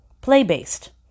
play-based